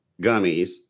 gummies